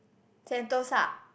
Sentosa